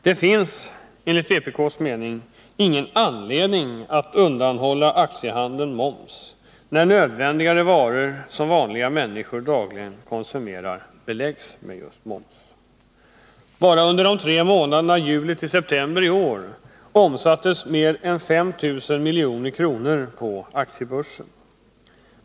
Det finns, enligt vpk:s mening, ingen anledning att undanta aktiehandeln från moms när nödvändigare varor, som vanliga människor dagligen konsumerar, beläggs med moms. Bara under de tre månaderna juli-september i år omsattes mer än 5000 milj.kr. på aktiebörsen.